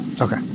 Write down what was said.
Okay